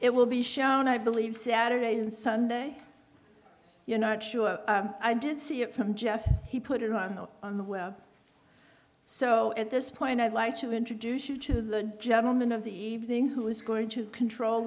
it will be shown i believe saturday and sunday you're not sure i did see it from jeff he put it so at this point i'd like to introduce you to the gentleman of the evening who is going to control